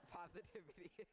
positivity